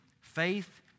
Faith